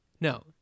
no